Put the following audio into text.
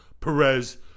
Perez